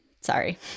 Sorry